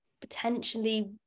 potentially